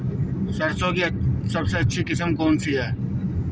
सरसों की सबसे अच्छी किस्म कौन सी है?